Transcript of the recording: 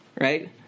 right